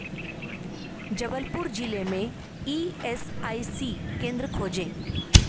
जबलपुर जिले में E S I C केंद्र खोजें